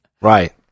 Right